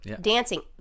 dancing